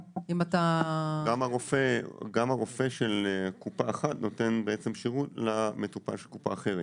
הרופא של קופה אחת נותן שירות למטופל של קופה אחרת.